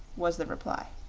was the reply.